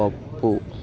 పప్పు